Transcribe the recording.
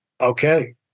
Okay